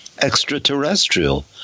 extraterrestrial